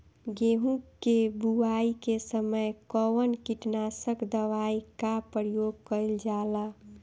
गेहूं के बोआई के समय कवन किटनाशक दवाई का प्रयोग कइल जा ला?